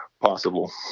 possible